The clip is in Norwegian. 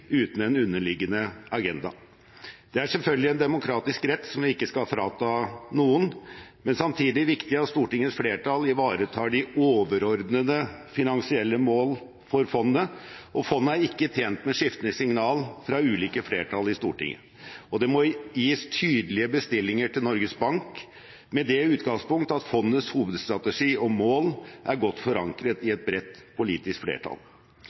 uten en underliggende agenda. Det er selvfølgelig en demokratisk rett som vi ikke skal frata noen, men det er samtidig viktig at Stortingets flertall ivaretar de overordnede finansielle mål for fondet. Fondet er ikke tjent med skiftende signaler fra ulike flertall i Stortinget, og det må gis tydelige bestillinger til Norges Bank med det utgangspunkt at fondets hovedstrategi og mål er godt forankret i et bredt politisk flertall.